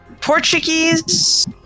Portuguese